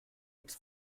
its